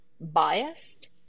biased